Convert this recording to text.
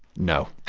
no